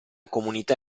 comunità